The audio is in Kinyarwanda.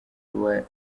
wari